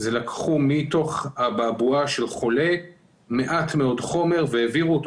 לקחו מתוך אבעבועה של חולה מעט מאוד חומר והעבירו אותו